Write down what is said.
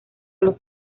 los